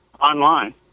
online